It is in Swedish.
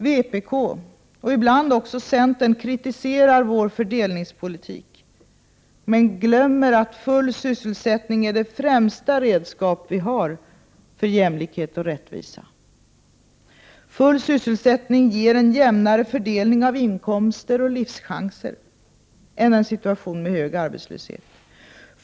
Vpk, och ibland också centern, kritiserar vår fördelningspolitik — men ”glömmer” att full sysselsättning är det främsta redskap vi har för jämlikhet och rättvisa. Full sysselsättning ger en jämnare fördelning av inkomster och livschanser än en situation med hög arbetslöshet.